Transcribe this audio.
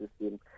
system